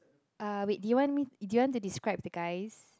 uh wait you want me do you want me to describe the guys